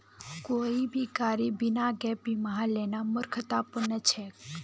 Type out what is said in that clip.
कोई भी गाड़ी बिना गैप बीमार लेना मूर्खतापूर्ण छेक